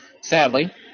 sadly